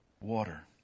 water